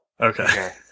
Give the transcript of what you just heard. Okay